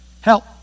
Help